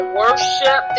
worship